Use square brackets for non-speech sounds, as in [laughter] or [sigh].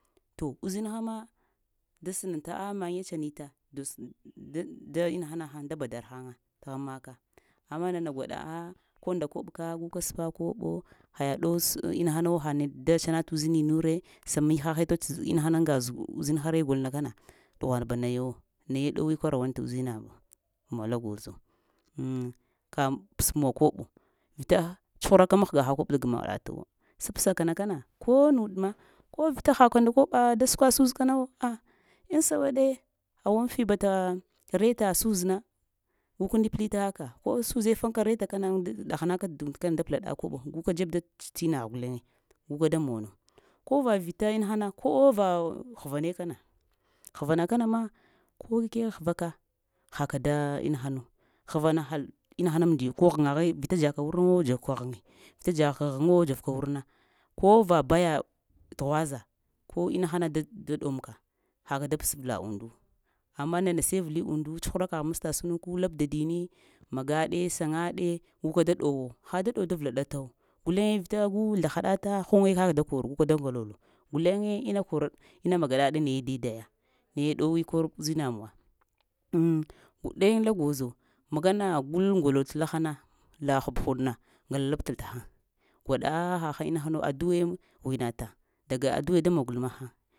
Tooh uzinhamma da snanta aah mayeŋge tsanita [hesitation] da da inaha mahan da badar har ta ghan maka amma nana gwaɗa aah ko a kobka guka spa koɓo ha-yad ɗow sə inahanawo ha neɗ da tsana t uzinure sa mihahe toh'ts inahana aŋga uznhare guilnakana ɗghunbnayawo naye ɗowee kwarawanta uzinamuwa la gwozo ŋ ka psmuwa koɓo vita tshraka mahga ha koɓo da-gamaɗatwo sabsa-kana ko nuɗ ma ko vita haka da koɓa da skwa suzuwo kanawo ah aŋ sawəɗe awanti bata reta suzuna gukini plita ka, ko suzə fanka reta knan dahanaka tə udkanana da plta kobo guka dzbe dots ina gha guleŋ gulka damono ko va vita ina kane ko va hvane kana hvana ka na ma ko kegh hva ka haka da ina hanu havana hal inaha amdiə ko ghin ghe, vita dzaka wurnawo dzuv-ka ghiŋə, vita ghiŋo dzuv-ka wurna ko va baya tughaza ko ina hanaɗe da ɗamka haka da ps vla uduwo amma nana sai vli udu tsukra kagh masta sunuki lab dadini magaɗe sangaɗe guka da ɗowo ha da ɗow da vlaɗtawo guleŋ vita ngu zalahada ta hunga kak-da koro guka da ngalolo guleŋ ina korɗ ina magadaɗe nayə daidaya naye ɗowe kor uzinamuwa amŋ, gulen gwozo magana gul angalolol lahana la hab la kuɗna angahalab ta tahan gwaɗa ha han ina hanu aduaə ghisnataŋ daga mahan,